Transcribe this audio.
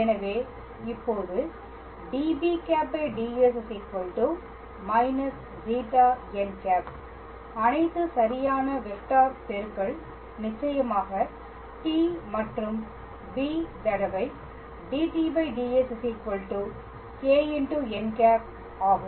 எனவே இப்போது db̂ds −ζn̂ அனைத்து சரியான வெக்டார் பெருக்கல் நிச்சயமாக t மற்றும் b தடவை dtds κ n ஆகும்